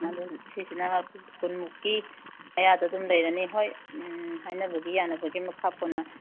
ꯑꯗꯨ ꯁꯤꯁꯤꯅ ꯀꯨꯟꯃꯨꯛꯀꯤ ꯃꯌꯥꯗ ꯑꯗꯨꯝ ꯂꯩꯔꯅꯤ ꯍꯣꯏ ꯎꯝ ꯍꯥꯏꯅꯕꯒꯤ ꯌꯥꯅꯕꯒꯤ ꯃꯈꯥ ꯄꯣꯟꯅ